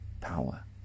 power